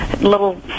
little